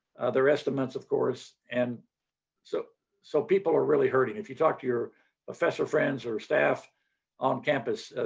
their estimates of course. and so so people are really hurting. if you talk to your professor friends or staff on campus,